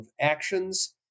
actions